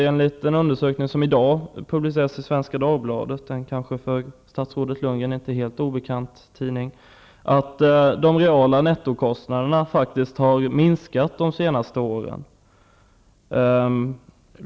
Enligt en undersökning som i dag presenteras i Svenska Dagblandet -- en kanske för statsrådet Lundgren inte helt obekant tidning -- har de reala nettokostnaderna faktiskt minskat under de senaste åren.